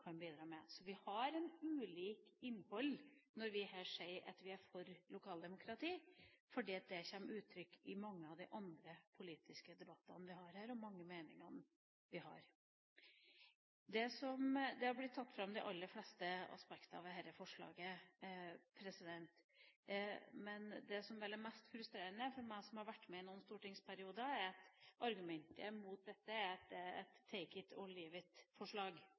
kan bidra med. Så vi legger ulikt innhold i det når vi her sier at vi er for lokaldemokrati, for det kommer til uttrykk i mange av de andre politiske debattene vi har her, og de mange meningene vi har. De aller fleste aspekter ved dette forslaget har blitt tatt fram, men det som vel er mest frustrerende for meg som har vært med i noen stortingsperioder, er at argumentet mot dette er